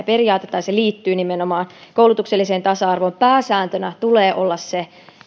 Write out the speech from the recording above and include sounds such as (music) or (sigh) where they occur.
(unintelligible) periaate tai se liittyy nimenomaan koulutukselliseen tasa arvoon pääsääntönä tulee olla se